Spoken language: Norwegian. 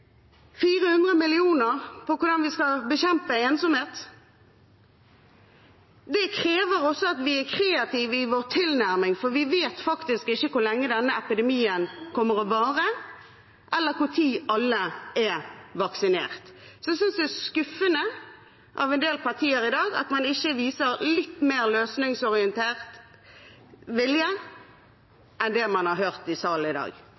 400 mill. kr for hvordan vi skal bekjempe ensomhet. Det krever også at vi er kreative i vår tilnærming, for vi vet ikke hvor lenge denne epidemien kommer til å vare, eller når alle er vaksinert. Så jeg synes det er skuffende at en del partier i dag ikke viser litt mer løsningsorientert vilje enn det man har hørt i salen i dag.